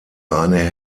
eine